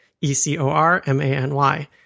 E-C-O-R-M-A-N-Y